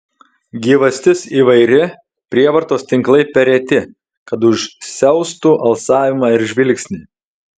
gyvastis įvairi prievartos tinklai per reti kad užsiaustų alsavimą ir žvilgsnį